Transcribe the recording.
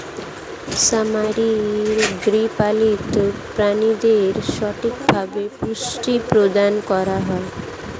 খামারে গৃহপালিত প্রাণীদের সঠিকভাবে পুষ্টি প্রদান করা হয়